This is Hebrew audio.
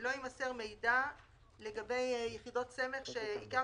שלא יימסר מידע לגבי יחידות סמך שעיקר